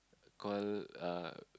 call uh